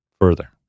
further